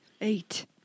Eight